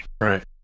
Right